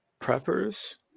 preppers